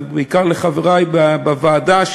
ובעיקר לחברי בוועדה,